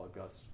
august